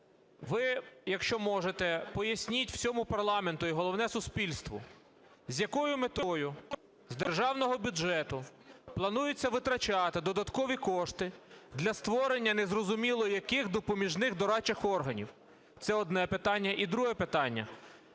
Ви, якщо можете, поясніть всьому парламенту і, головне, суспільству, з якою метою з державного бюджету планується витрачати додаткові кошти для створення незрозуміло яких допоміжних дорадчих органів? Це одне питання. І друге питання.